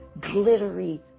glittery